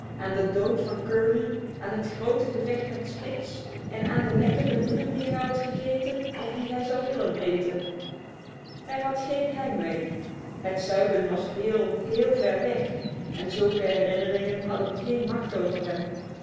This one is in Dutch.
aan de dood van curly aan het grote gevecht met spitz en aan de lekkere dingen die hij had gegeten of die hij zou willen eten hij had geen heimwee het zuiden was heel heel ver weg en zulke herinneringen hadden geen macht over hem